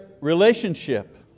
relationship